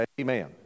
Amen